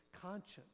conscience